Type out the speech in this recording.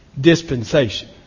dispensation